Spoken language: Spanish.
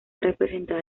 representada